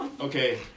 Okay